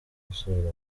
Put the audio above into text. gusubira